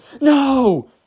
no